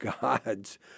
God's